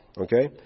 Okay